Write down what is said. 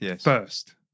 first